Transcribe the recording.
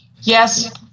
Yes